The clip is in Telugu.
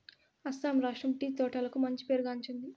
అస్సాం రాష్ట్రం టీ తోటలకు మంచి పేరు గాంచింది